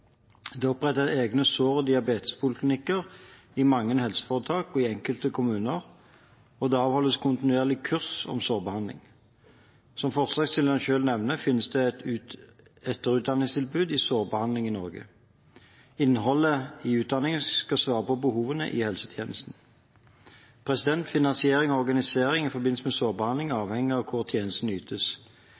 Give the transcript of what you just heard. er opprettet egne sår- og diabetespoliklinikker i mange helseforetak og i enkelte kommuner, og det avholdes kontinuerlig kurs om sårbehandling. Som forslagsstillerne selv nevner, finnes det etterutdanningstilbud i sårbehandling i Norge. Innholdet i utdanningene skal svare på behovene i helsetjenesten. Finansiering og organisering i forbindelse med sårbehandling avhenger av hvor tjenesten ytes.